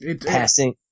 passing